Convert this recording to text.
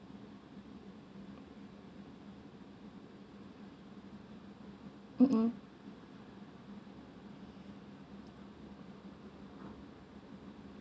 mm